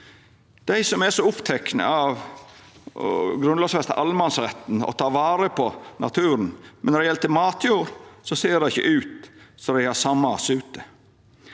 Dei er så opptekne av å grunnlovfesta allemannsretten og ta vare på naturen, men når det gjeld matjord, ser det ikkje ut som dei har same sut.